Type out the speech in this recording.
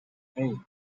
hey